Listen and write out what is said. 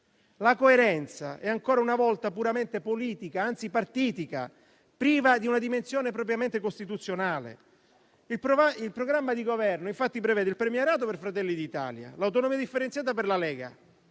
La coerenza è, ancora una volta, puramente politica, anzi partitica, priva di una dimensione propriamente costituzionale. Il programma di Governo, infatti, prevede il premierato per Fratelli d'Italia e l'autonomia differenziata per la Lega: